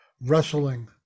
wrestling